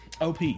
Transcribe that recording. OP